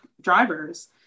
drivers